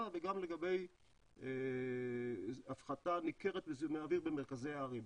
וגם לגבי הפחתה ניכרת בזיהומי האוויר במרכזי הערים,